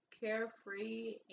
carefree